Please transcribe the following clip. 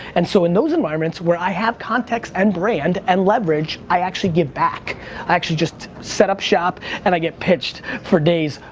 and so in those environments where i have context and brand and leverage, i actually give back. i actually just set up shop and i get pitched for days,